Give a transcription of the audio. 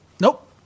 Nope